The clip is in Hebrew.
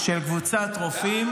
-- של קבוצת רופאים